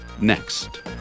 next